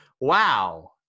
wow